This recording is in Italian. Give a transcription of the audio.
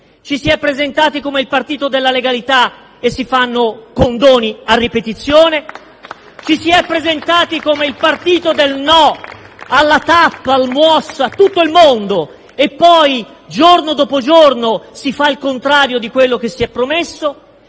Ci si è presentati come il partito della legalità, ma si fanno condoni a ripetizione *(Applausi dal Gruppo PD)*; ci si è presentati come il partito del «no» alla TAP, al MUOS, a tutto il mondo e poi, giorno dopo giorno, si fa il contrario di quello che si è promesso.